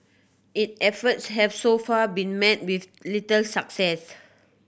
it efforts have so far been met with little success